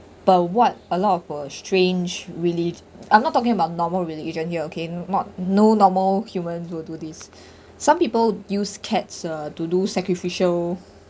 but what a lot of a strange reli~ I'm not talking about normal religion here okay not no normal human will do this some people use cats uh to do sacrificial